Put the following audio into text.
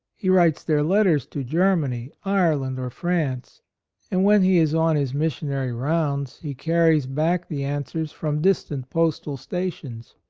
he writes their letters to germany, ireland or france and when he is on his missionary rounds he carries back the answers from distant postal stations.